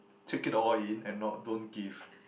take it all in and not don't give